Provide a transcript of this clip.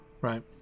right